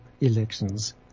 elections